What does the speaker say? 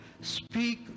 speak